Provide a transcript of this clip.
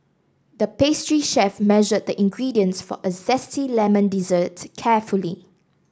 the pastry chef measured the ingredients for a zesty lemon dessert carefully